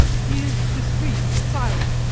he is discreet and silent,